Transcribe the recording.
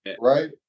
right